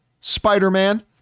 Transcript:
Spider-Man